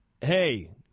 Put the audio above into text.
Hey